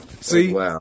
See